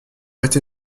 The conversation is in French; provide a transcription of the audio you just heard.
été